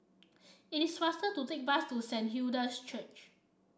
it is faster to take the bus to Saint Hilda's Church